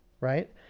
right